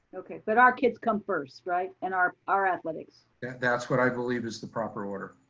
okay. but our kids come first, right? and our our athletics. yeah that's what i believe is the proper order.